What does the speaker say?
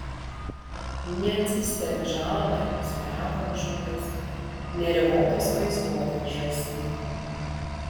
neatsistebi žalvario sidabro ažūrais neribotos vaizduotės žaismu